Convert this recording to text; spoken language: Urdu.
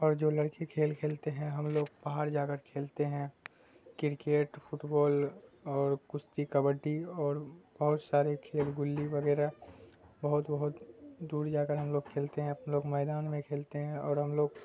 اور جو لڑکے کھیل کھیلتے ہیں ہم لوگ باہر جا کر کھیلتے ہیں کرکٹ فٹبال اور کشتی کبڈی اور بہت سارے کھیل گلی وغیرہ بہت بہت دور جا کر ہم لوگ کھیلتے ہیں لوگ میدان میں کھیلتے ہیں اور ہم لوگ